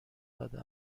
داده